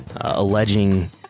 alleging